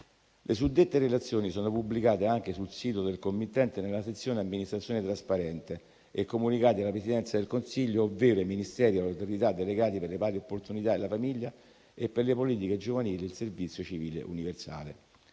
Le suddette relazioni sono pubblicate anche sul sito del committente, nella sezione amministrazione trasparente, e comunicate alla Presidenza del Consiglio ovvero ai Ministeri e alle autorità delegati per le pari opportunità e la famiglia e per le politiche giovanili e il servizio civile universale.